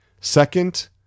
Second